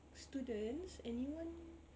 students anyone